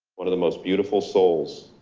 one of the most beautiful souls